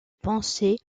penser